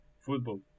football